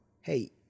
hey